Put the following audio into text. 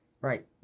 Right